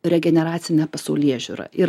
regeneracinę pasaulėžiūrą ir